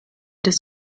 des